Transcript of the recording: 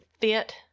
fit